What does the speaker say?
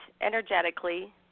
energetically